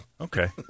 Okay